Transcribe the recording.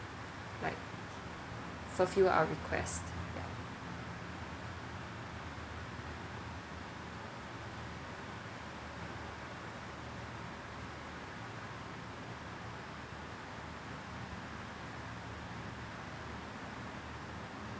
like fulfill our request yup